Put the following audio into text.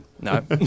No